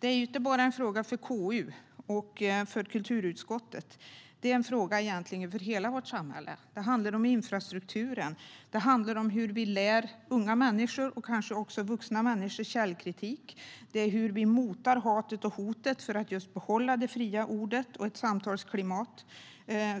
Den är inte bara en fråga för KU och kulturutskottet utan egentligen för hela vårt samhälle. Det handlar om infrastrukturen och om hur vi lär unga människor - och kanske också vuxna människor - källkritik. Det handlar om hur vi motar hatet och hoten för att just behålla det fria ordet och ett samtalsklimat